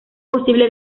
posible